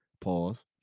pause